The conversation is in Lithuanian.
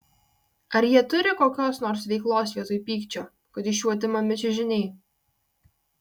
ar jie turi kokios nors veiklos vietoj pykčio kad iš jų atimami čiužiniai